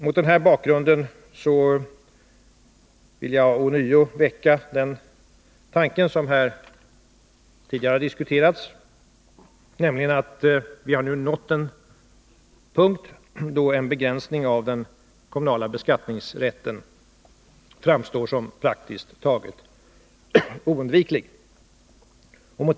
Mot den här bakgrunden vill jag ånyo väcka den tanke som tidigare har diskuterats, nämligen att vi nu har nått den punkt då en begränsning av den kommunala beskattningsrätten framstår som praktiskt taget oundviklig.